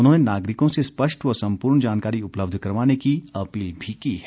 उन्होंने नागरिकों से स्पष्ट व संपूर्ण जानकारी उपलब्ध करवाने की अपील भी की है